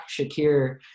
Shakir